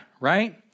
right